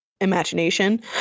imagination